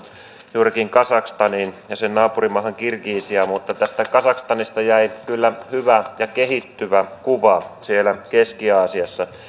juurikin kazakstaniin ja sen naapurimaahan kirgisiaan tästä kazakstanista jäi kyllä hyvä ja kehittyvä kuva siellä keski aasiassa